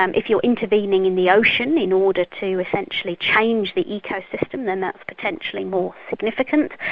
um if you're intervening in the ocean in order to essentially change the ecosystem, then that's potentially more significant.